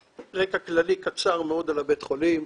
רקע כללי קצר מאוד על בית החולים.